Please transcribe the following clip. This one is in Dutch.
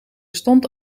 stond